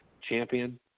Champion